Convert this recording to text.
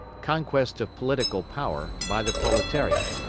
conquest of political power by the proletariat.